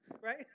right